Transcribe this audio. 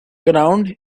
ground